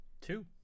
Two